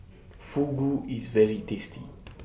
Fugu IS very tasty